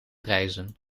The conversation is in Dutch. reizen